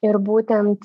ir būtent